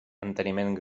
enteniment